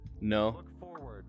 No